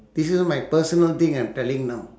this one my personal thing I'm telling now